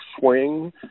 swing